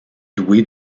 doués